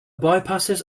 bypasses